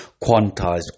quantized